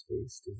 space